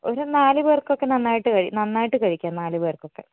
ഒരു നാല് പേർക്കൊക്കെ നന്നായിട്ട് നന്നായിട്ട് കഴിക്കാം നാല് പേർക്കൊക്കെ